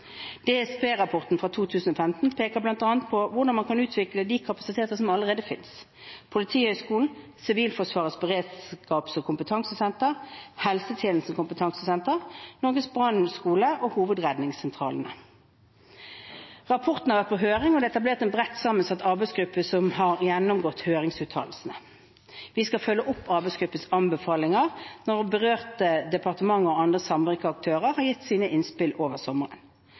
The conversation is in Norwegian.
fra 2015 peker bl.a. på hvordan man kan utvikle de kapasiteter som allerede finnes: Politihøgskolen, Sivilforsvarets beredskaps- og kompetansesenter, helsetjenestens kompetansesentre, Norges brannskole og hovedredningssentralene. Rapporten har vært på høring, og det er etablert en bredt sammensatt arbeidsgruppe som har gjennomgått høringsuttalelsene. Vi skal følge opp arbeidsgruppens anbefalinger når berørte departementer og andre samvirkeaktører har gitt sine innspill over sommeren.